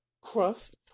crust